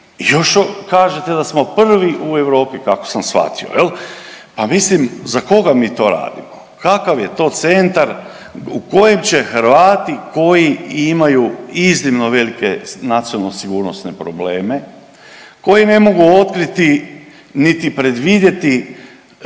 Još kažete da smo prvi u Europi kako sam shvatio. Pa mislim za koga mi to radimo? Kakav je to centar u kojem će Hrvati koji imaju iznimno velike nacionalno-sigurnosne probleme, koji ne mogu otkriti niti predvidjeti